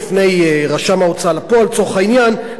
בפני רשם ההוצאה לפועל לצורך העניין,